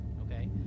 Okay